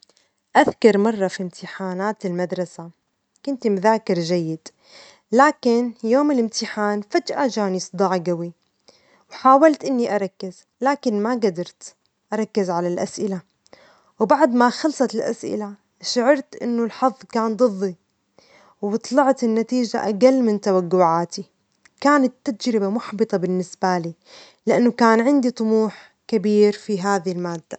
أذكر مرة في امتحانات المدرسة، كنت مذاكر جيد، لكن يوم الامتحان فجأة جاني صداع جوي، وحاولت إني أركز ، لكن ما جدرت أركز على الأسئلة، وبعد ما خلصت الأسئلة شعرت إنه الحظ كان ضظي، وطلعت النتيجة أجل من توجعاتي، كانت تجربة محبطة بالنسبة لي، لأنه كان عندي طموح كبير في هذي المادة.